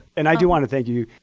and i do want to thank you,